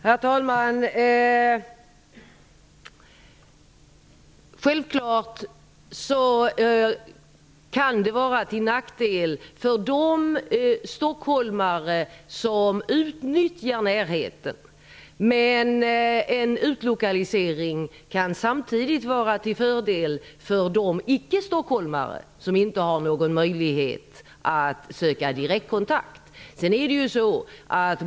Herr talman! Självfallet kan en utlokalisering vara till nackdel för de stockholmare som utnyttjar närheten. Men den kan samtidigt vara till fördel för de icke-stockholmare som inte har möjlighet att söka direktkontakt.